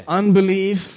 unbelief